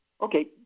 Okay